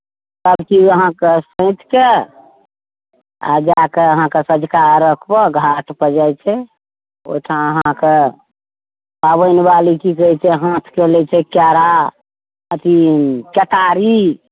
सभ चीज अहाँके साँठिके आ जाके अहाँके सँझुका अर्घ्यपर घाटपर जाइत छै ओहिठाम अहाँके पाबनिवाली की कहैत छै हाथके लैत छै केरा अथी केतारी